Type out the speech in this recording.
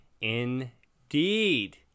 Indeed